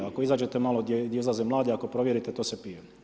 Ako izađete malo gdje izlaze mladi, ako provjerite to se pije.